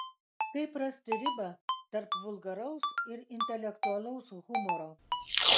kaip rasti ribą tarp vulgaraus ir intelektualaus humoro